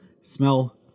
smell